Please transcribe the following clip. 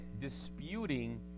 disputing